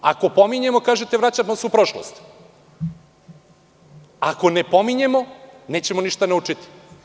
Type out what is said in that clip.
Ako pominjemo, kažete – vraćamo se u prošlost, a ako ne pominjemo, nećemo ništa naučiti.